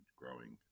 growing